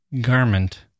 garment